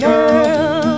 Girl